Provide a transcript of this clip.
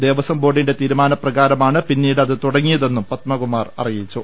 ദേവ സ്വംബോർഡിന്റെ തീരുമാനപ്രകാരമാണ് പിന്നീട് അത് തുടങ്ങിയതെന്നും പത്മകുമാർ അറിയിച്ചു